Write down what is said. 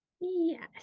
Yes